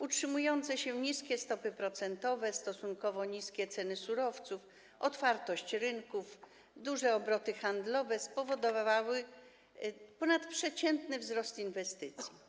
Utrzymujące się niskie stopy procentowe, stosunkowo niskie ceny surowców, otwartość rynków, duże obroty handlowe spowodowały ponadprzeciętny wzrost inwestycji.